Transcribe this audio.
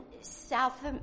South